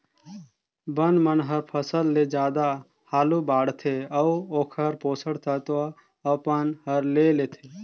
बन मन हर फसल ले जादा हालू बाड़थे अउ ओखर पोषण तत्व अपन हर ले लेथे